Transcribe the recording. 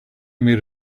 made